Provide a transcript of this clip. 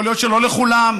יכול להיות שלא לכולם,